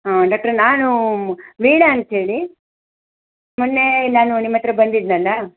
ಹಾಂ ಡಾಕ್ಟರ್ ನಾನು ವೀಣಾ ಅಂತೇಳಿ ಮೊನ್ನೆ ನಾನು ನಿಮ್ಮ ಹತ್ರ ಬಂದಿದ್ನಲ್ಲ